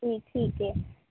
جی ٹھیک ہے